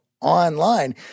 online